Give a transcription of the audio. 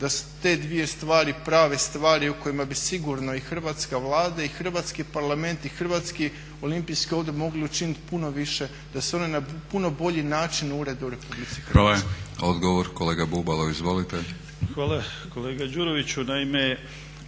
da su te dvije stvari zapravo prave stvari o kojima bi sigurno i Hrvatska vlada i Hrvatski parlament i Hrvatski olimpijski odbor mogli učiniti puno više da se one na puno bolji način urede u RH. **Batinić, Milorad (HNS)** Hvala. Odgovor, kolega Bubalo. Izvolite. **Bubalo, Krešimir (HDSSB)** Hvala. Kolega Đuroviću, naime